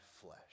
flesh